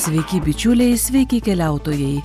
sveiki bičiuliai sveiki keliautojai